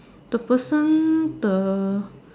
the person the